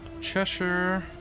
cheshire